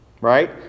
right